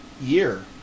year